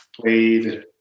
played